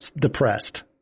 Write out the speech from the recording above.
depressed